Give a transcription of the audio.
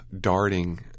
darting